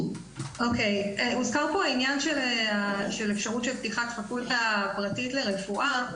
הוזכרה פה האפשרות של פתיחת פקולטה פרטית לרפואה.